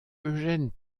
eugène